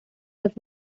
was